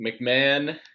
McMahon